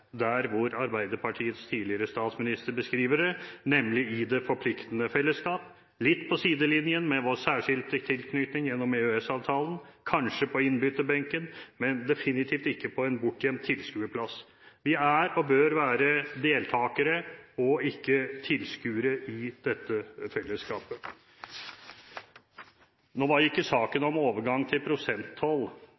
der hvor Arbeiderpartiets tidligere statsminister beskriver det, nemlig i det forpliktende fellesskap, litt på sidelinjen med vår særskilte tilknytning gjennom EØS-avtalen, kanskje på innbytterbenken, men definitivt ikke på en bortgjemt tilskuerplass. Vi er og bør være deltakere og ikke tilskuere i dette fellesskapet. Nå var ikke saken